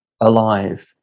alive